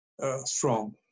strong